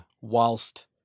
whilst